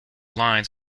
lines